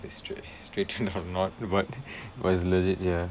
he's straight he's straightened or not but but it's legit ya